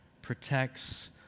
protects